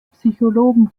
psychologen